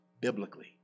biblically